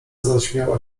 zaśmiała